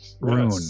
rune